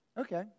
Okay